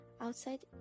outside